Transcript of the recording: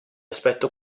aspetto